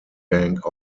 bank